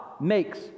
makes